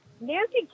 Nancy